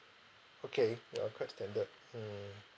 okay you are quite standard mm